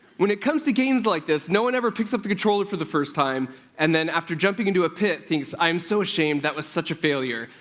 when it comes to games like this, no one ever picks up the controller for the first time and then after jumping into a pit thinks, i am so ashamed that was such a failure,